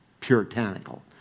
Puritanical